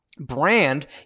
brand